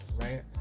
right